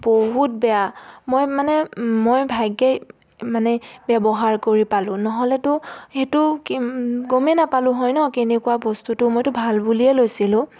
বহুত বেয়া মই মানে মই ভাগ্যে মানে ব্যৱহাৰ কৰি পালোঁ নহ'লেতো সেইটো ক গমেই নাপালোঁ হয় ন কেনেকুৱা বস্তুটো মইতো ভাল বুলিয়ে লৈছিলোঁ